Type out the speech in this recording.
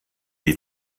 die